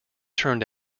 turned